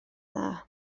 dda